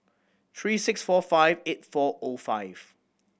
three six four five eight four O five